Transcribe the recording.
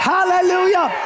Hallelujah